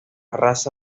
raza